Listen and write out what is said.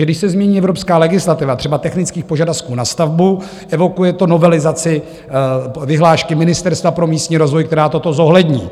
Když se změní evropská legislativa, třeba technických požadavků na stavbu, evokuje to novelizaci vyhlášky Ministerstva pro místní rozvoj, která toto zohlední.